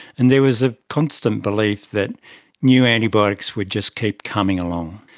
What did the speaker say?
and there was a constant belief that new antibiotics would just keep coming along.